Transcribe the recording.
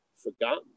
forgotten